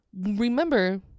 Remember